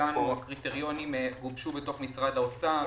הקריטריונים גובשו בתוך משרד האוצר.